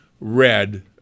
red